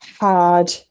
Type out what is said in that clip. hard